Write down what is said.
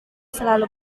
selalu